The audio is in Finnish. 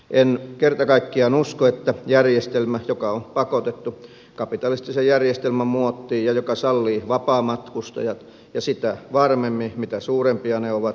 en kerta kaikkiaan usko että järjestelmä joka on pakotettu kapitalistisen järjestelmän muottiin ja joka sallii vapaamatkustajat ja sitä varmemmin mitä suurempia ne ovat pelastaa maailman